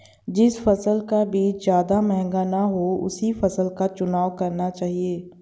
जिस फसल का बीज ज्यादा महंगा ना हो उसी फसल का चुनाव करना चाहिए